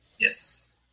Yes